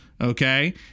okay